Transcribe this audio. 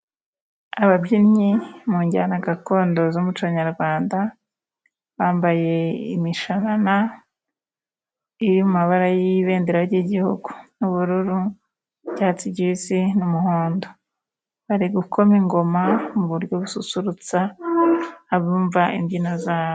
Ababyinnyi mu njyana gakondo z'umuco nyarwanda bambaye imishanana iri mu mabara y'ibendera ry'igihugu n'ubururu icyatsi kibisi n'umuhondo. Bari gukoma ingoma mu buryo bususurutsa abumva imbyino zabo.